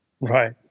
Right